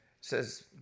Says